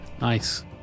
Nice